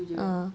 a'ah